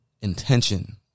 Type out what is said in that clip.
intention